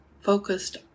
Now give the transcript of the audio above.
focused